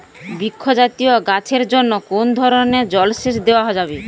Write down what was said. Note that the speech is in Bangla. বৃক্ষ জাতীয় গাছের জন্য কোন ধরণের জল সেচ দেওয়া যাবে?